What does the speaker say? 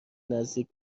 نزدیک